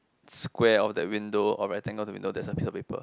square of that window or rectangle window there's a piece of paper